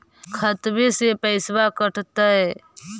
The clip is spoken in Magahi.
खतबे से पैसबा कटतय?